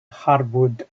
harwood